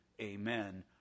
amen